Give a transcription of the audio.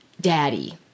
daddy